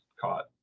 caught